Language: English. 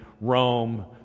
Rome